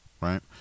right